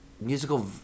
musical